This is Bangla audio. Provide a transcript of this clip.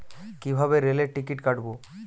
কিভাবে রেলের টিকিট কাটব?